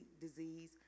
disease